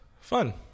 Fun